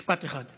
משפט אחד.